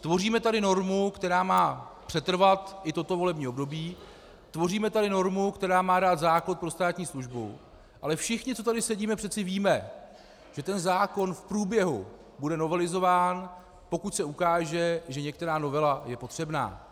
Tvoříme tady normu, která má přetrvat i toto volební období, tvoříme tady normu, která má dát základ pro státní službu, ale všichni, co tady sedíme, přece víme, že ten zákon v průběhu bude novelizován, pokud se ukáže, že některá novela je potřebná.